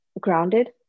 grounded